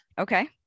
Okay